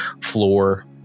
floor